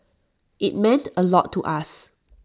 IT meant A lot to us